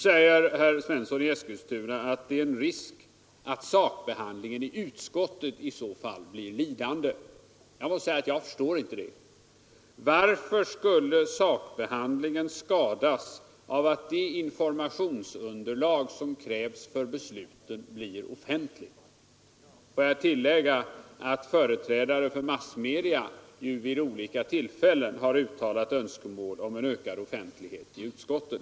Herr Svensson i Eskilstuna säger nu att det är en risk att sakbehandlingen i utskottet i så fall blir lidande. Jag måste säga att det förstår jag inte. Varför skulle sakbehandlingen skadas av att det informationsunderlag som krävs för besluten blir offentligt? Får jag tillägga att företrädare för massmedia vid olika tillfällen har uttalat önskemål om en ökad offentlighet i utskotten.